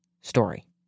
story